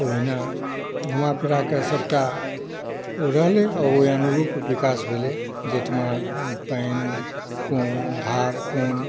ओहिना घुमा फिराके सभटा ओ रहलै ओहि अनुरूप विकास भेलै जाहिठमा पानि क़ोन धार क़ोन